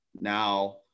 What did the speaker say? now